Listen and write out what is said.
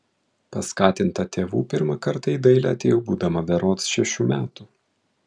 paskatinta tėvų pirmą kartą į dailę atėjau būdama berods šešių metų